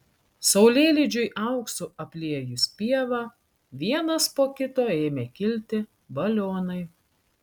saulėlydžiui auksu apliejus pievą vienas po kito ėmė kilti balionai